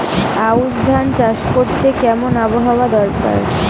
আউশ ধান চাষ করতে কেমন আবহাওয়া দরকার?